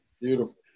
beautiful